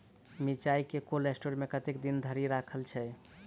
मिर्चा केँ cold store मे कतेक दिन धरि राखल छैय?